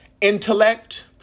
intellect